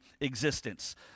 existence